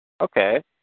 Okay